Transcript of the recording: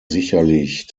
sicherlich